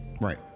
Right